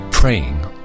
Praying